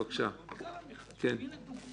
--- הכפשות מיותרות.